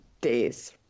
days